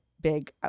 big